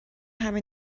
همه